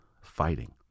fighting